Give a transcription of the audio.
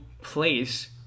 place